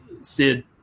Sid